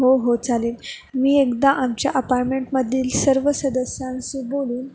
हो हो चालेल मी एकदा आमच्या अपार्टमेंटमधील सर्व सदस्यांशी बोलेन